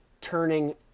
turning